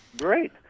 Great